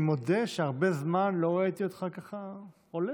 אני מודה שהרבה זמן לא ראיתי אותך ככה עולץ,